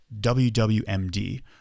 WWMD